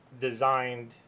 designed